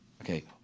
Okay